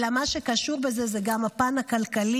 אלא מה שקשור בזה זה גם הפן הכלכלי,